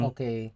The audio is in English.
Okay